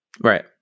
right